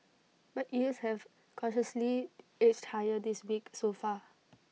but yields have cautiously edged higher this week so far